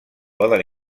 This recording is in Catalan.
poden